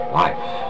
life